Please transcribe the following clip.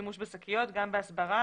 בשימוש בשקיות גם בהסברה,